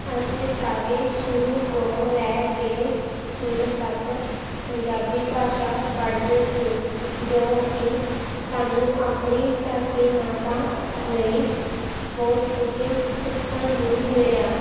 ਅਸੀਂ ਸਾਰੇ ਸ਼ੁਰੂ ਤੋਂ ਲੈ ਕੇ ਹੁਣ ਤੱਕ ਪੰਜਾਬੀ ਭਾਸ਼ਾ ਪੜ੍ਹਦੇ ਸੀ ਜੋ ਕਿ ਸਾਨੂੰ ਆਪਣੀ ਧਰਤੀ ਮਾਤਾ ਲਈ ਬਹੁਤ ਕੁਝ ਸਿੱਖਣ ਨੂੰ ਮਿਲਿਆ